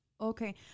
Okay